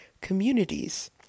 communities